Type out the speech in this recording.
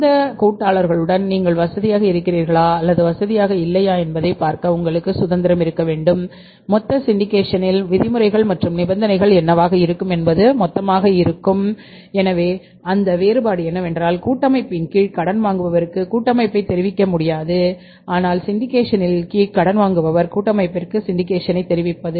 இந்த கூட்டாளர்களுடன் நீங்கள் வசதியாக இருக்கிறீர்களா அல்லது வசதியாக இல்லையா என்பதைப் பார்க்க உங்களுக்கு சுதந்திரம் இருக்க வேண்டும் மொத்த சிண்டிகேஷனின் தெரிவிப்பது மற்றும் சம்பந்தப்பட்டிருப்பதாகக் கூறுகிறார்